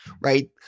right